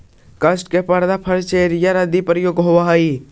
काष्ठ के पट्टा फर्नीचर आदि में प्रयोग होवऽ हई